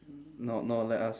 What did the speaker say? no no let us